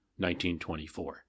1924